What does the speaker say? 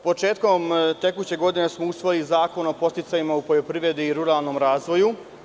Početkom tekuće godine smo usvojili Zakon o podsticajima u poljoprivredi i ruralnom razvoju.